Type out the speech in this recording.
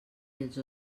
els